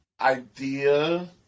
idea